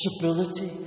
possibility